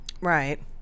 Right